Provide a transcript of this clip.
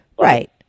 Right